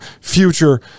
future